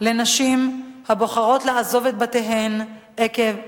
לנשים הבוחרות לעזוב את בתיהן עקב אלימות.